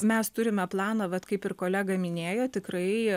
mes turime planą vat kaip ir kolega minėjo tikrai